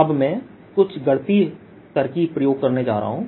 अब मैं कुछ गणितीय तरकीब प्रयोग करने जा रहा हूँ